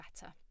better